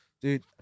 dude